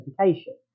certification